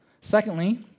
Secondly